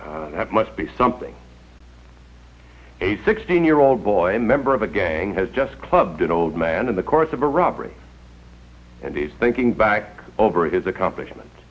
have must be something a sixteen year old boy a member of a gang has just clubbed an old man in the course of a robbery and he's thinking back over his accomplishment